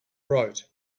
wrote